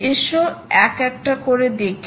আসো এক একটা করে দেখি